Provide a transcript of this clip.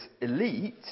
elite